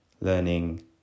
learning